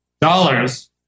dollars